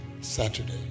Saturday